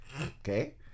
Okay